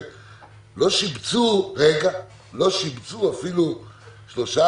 6. לא שיבצו אפילו שלוש,